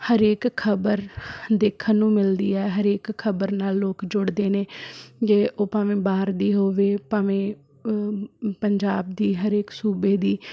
ਹਰੇਕ ਖ਼ਬਰ ਦੇਖਣ ਨੂੰ ਮਿਲਦੀ ਹੈ ਹਰੇਕ ਖ਼ਬਰ ਨਾਲ਼ ਲੋਕ ਜੁੜਦੇ ਨੇ ਜੇ ਉਹ ਭਾਵੇਂ ਬਾਹਰ ਦੀ ਹੋਵੇ ਭਾਵੇਂ ਪੰਜਾਬ ਦੀ ਹਰੇਕ ਸੂਬੇ ਦੀ